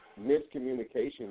miscommunication